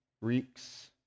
reeks